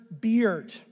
beard